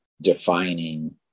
defining